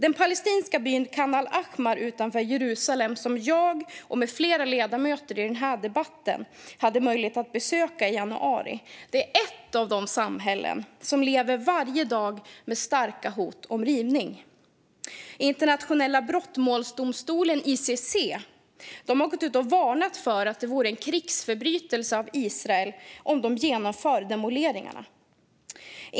Den palestinska byn Khan al Ahmar utanför Jerusalem, som jag och flera andra ledamöter i denna debatt hade möjlighet att besöka i januari, är ett av de samhällen som varje dag lever med starka hot om rivning. Internationella brottmålsdomstolen, ICC, har gått ut och varnat för att det vore en krigsförbrytelse av Israel om de genomför demoleringarna.